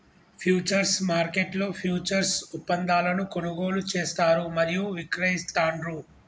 futures మార్కెట్లో futures ఒప్పందాలను కొనుగోలు చేస్తారు మరియు విక్రయిస్తాండ్రు